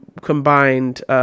combined